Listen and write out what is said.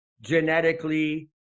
genetically